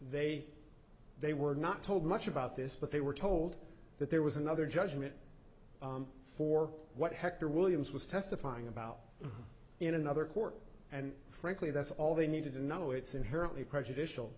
say they were not told much about this but they were told that there was another judgment for what hector williams was testifying about in another court and frankly that's all they needed to know it's inherently prejudicial